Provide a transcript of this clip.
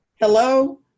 Hello